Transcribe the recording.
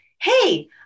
hey